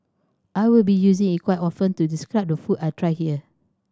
I will be using it quite often to describe the food I try here